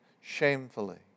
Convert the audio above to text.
shamefully